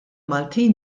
maltin